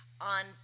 on